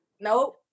Nope